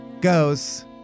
goes